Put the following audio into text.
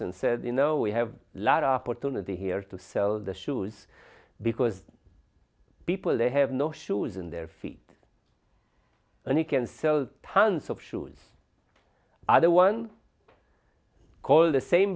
and said you know we have a lot of opportunity here to sell the shoes because people they have no shoes in their feet and he can sell tons of shoes either one call the same